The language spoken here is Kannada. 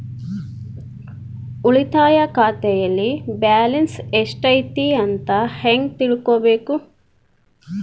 ಉಳಿತಾಯ ಖಾತೆಯಲ್ಲಿ ಬ್ಯಾಲೆನ್ಸ್ ಎಷ್ಟೈತಿ ಅಂತ ಹೆಂಗ ತಿಳ್ಕೊಬೇಕು?